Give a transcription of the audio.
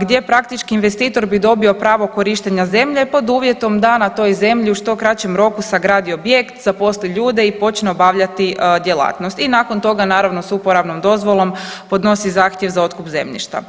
gdje praktički investitor bi dobio pravo korištenja zemlje pod uvjetom da na toj zemlji u što kraćem roku sagradi objekt, zaposli ljude i počne obavljati djelatnost i nakon toga naravno s uporabnom dozvolom podnosi zahtjev za otkup zemljišta.